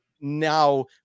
now